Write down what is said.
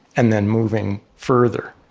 and then moving further